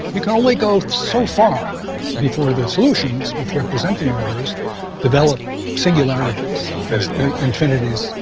you can only go so far before the solutions which represent the universe develop singularity and infinities.